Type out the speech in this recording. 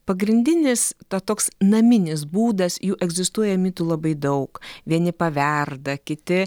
pagrindinis ta toks naminis būdas jų egzistuoja mitų labai daug vieni paverda kiti